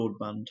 broadband